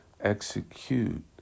execute